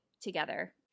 together